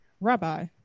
Rabbi